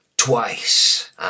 twice